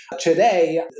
today